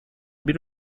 bir